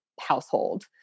household